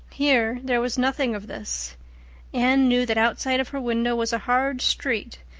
here there was nothing of this anne knew that outside of her window was a hard street,